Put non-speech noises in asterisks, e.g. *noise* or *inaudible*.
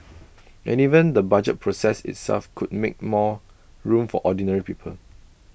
*noise* and even the budget process itself could make more room for ordinary people